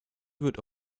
wird